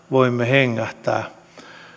voimme hengähtää